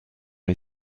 les